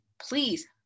please